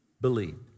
believed